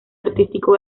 artístico